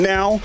Now